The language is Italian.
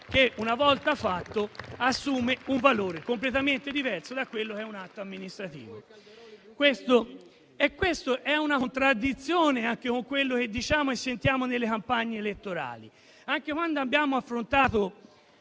che, una volta fatto, assume un valore completamente diverso da un atto amministrativo. Questa è una contraddizione anche rispetto a quanto diciamo e sentiamo nelle campagne elettorali. Anche quando abbiamo affrontato